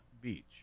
Beach